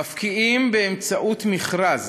מפקיעים באמצעות מכרז